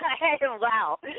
wow